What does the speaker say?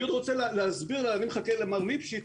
אני מחכה למר ליפשיץ